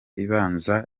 ibanza